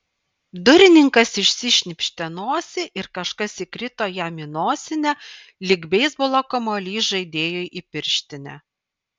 durininkas išsišnypštė nosį ir kažkas įkrito jam į nosinę lyg beisbolo kamuolys žaidėjui į pirštinę